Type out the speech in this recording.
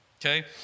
okay